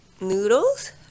noodles